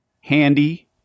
handy